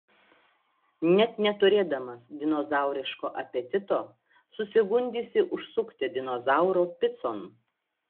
net neturėdamas dinozauriško apetito susigundysi užsukti dinozauro picon